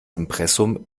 impressum